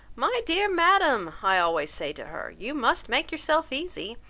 my dear madam i always say to her, you must make yourself easy.